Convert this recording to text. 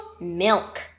milk